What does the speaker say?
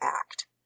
act